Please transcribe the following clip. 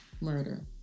murder